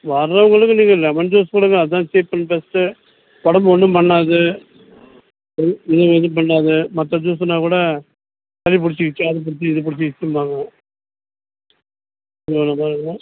வர்றவங்களுக்கு நீங்கள் lemon juice கொடுங்க அதுதான் சீப் அண்ட் பெஸ்ட்டு உடம்பு ஒன்றும் பண்ணாது எதுவும் பண்ணாது மற்ற ஜூஸுன்னால் கூட சளி புடிச்சிக்கிச்சு அது புடிச்சிக்கிச்சி இது புடிச்சிக்கிச்சும்பாங்க